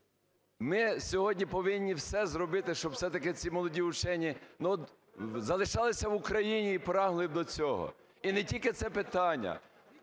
Ми сьогодні повинні все зробити, щоб все-таки ці молоді учені залишалися в Україні і прагли до цього. І не тільки це питання.